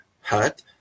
hut